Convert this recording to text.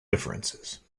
differences